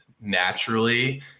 naturally